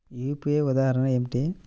UPI ఉదాహరణ ఏమిటి?